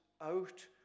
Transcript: out